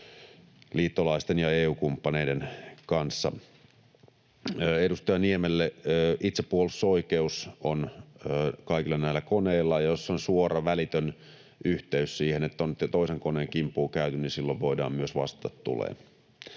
liittolaisten ja EU-kumppaneiden kanssa. Edustaja Niemelle: Itsepuolustusoikeus on kaikilla näillä koneilla. Jos on suora, välitön yhteys siihen, että nyt on jo toisen koneen kimppuun käyty, niin silloin voidaan myös vastata tuleen.